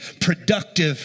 productive